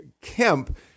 Kemp